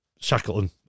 Shackleton